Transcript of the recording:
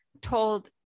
told